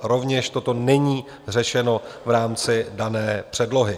Rovněž toto není řešeno v rámci dané předlohy.